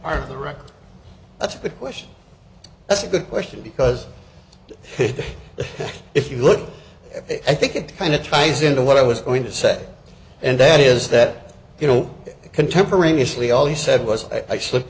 record that's the question that's a good question because if you look i think it kind of ties into what i was going to say and that is that you know contemporaneously all he said was i slipped